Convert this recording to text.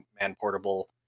man-portable